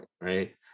right